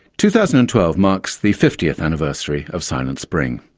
two thousand and twelve marks the fiftieth anniversary of silent spring.